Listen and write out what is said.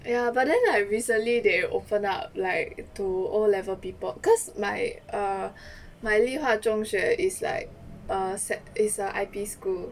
ya but then like recently they opened up like to O level people cause my err 立化中学 is like err set~ is a I_P school